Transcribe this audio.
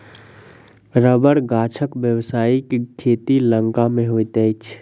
रबड़ गाछक व्यवसायिक खेती लंका मे होइत अछि